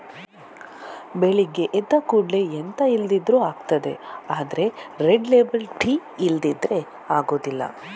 ಬೆಳಗ್ಗೆ ಎದ್ದ ಕೂಡ್ಲೇ ಎಂತ ಇಲ್ದಿದ್ರೂ ಆಗ್ತದೆ ಆದ್ರೆ ರೆಡ್ ಲೇಬಲ್ ಟೀ ಇಲ್ಲ ಅಂದ್ರೆ ಆಗುದಿಲ್ಲ